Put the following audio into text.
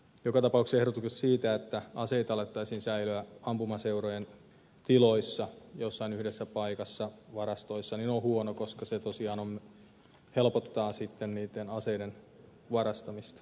joka tapauksessa ehdotukset siitä että aseita alettaisiin säilöä ampumaseurojen tiloissa jossain yhdessä paikassa varastoissa on huono koska se tosiaan helpottaa sitten niitten aseiden varastamista